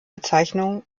bezeichnungen